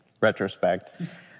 retrospect